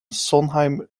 sondheim